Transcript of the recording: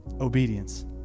Obedience